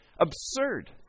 absurd